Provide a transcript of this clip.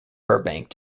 burbank